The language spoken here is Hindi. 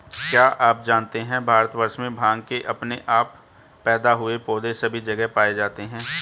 क्या आप जानते है भारतवर्ष में भांग के अपने आप पैदा हुए पौधे सभी जगह पाये जाते हैं?